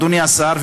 אדוני השר,